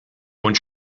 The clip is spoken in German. und